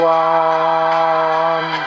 one